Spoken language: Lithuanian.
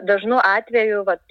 dažnu atveju vat